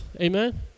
Amen